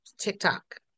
TikTok